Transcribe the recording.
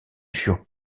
furent